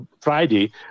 Friday